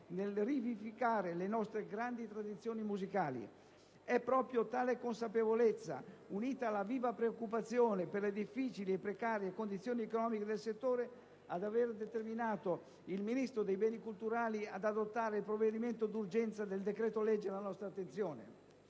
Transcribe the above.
nel rivivificare le nostre grandi tradizioni musicali. È proprio tale consapevolezza, unita alla viva preoccupazione per le difficili e precarie condizioni economiche del settore, ad aver determinato il Ministro per i beni e le attività culturali ad adottare il provvedimento d'urgenza del decreto-legge alla nostra attenzione.